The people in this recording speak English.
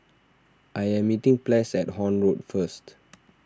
I am meeting Ples at Horne Road first